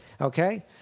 okay